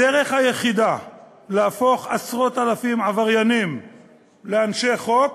הדרך היחידה להפוך עשרות-אלפי עבריינים לאנשי חוק